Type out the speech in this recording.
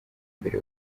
imbere